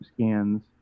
scans